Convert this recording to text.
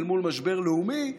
אל מול משבר לאומי,